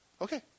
Okay